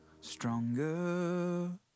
stronger